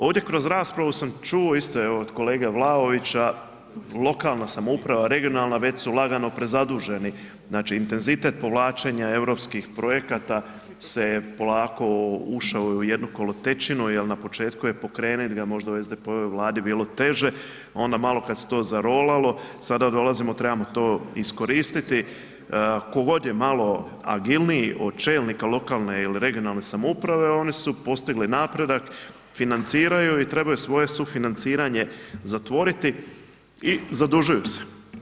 Ovdje kroz raspravu sam čuo, isto evo od kolege Vlaovića, lokalna samouprava, regionalna, već su lagano prezaduženi, znači, intenzitet povlačenja europskih projekata se polako, ušao je u jednu kolotečinu jel na početku je pokrenit ga možda u SDP-ovoj Vladi bilo teže, onda malo kad se to zarolalo, sada dolazimo, trebamo to iskoristiti, tko god je malo agilniji od čelnika lokalne ili regionalne samouprave, oni su postigli napredak, financiraju i trebaju svoje sufinanciranje zatvoriti i zadužuju se.